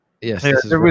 yes